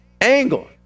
angle